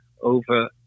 over